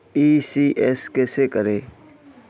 ECS कैसे करें?